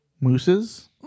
Mooses